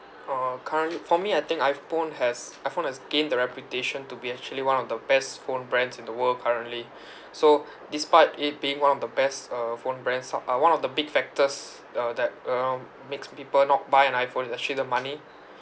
uh current~ for me I think iphone has iphone has gained the reputation to be actually one of the best phone brands in the world currently so despite it being one of the best uh phone brands uh one of the big factors uh that you know makes people not buy an iphone is actually the money